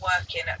working